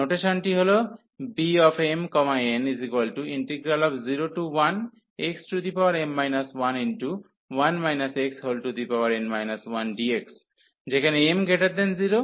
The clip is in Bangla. নোটেশনটি হল Bmn01xm 11 xn 1dx যেখানে m0n0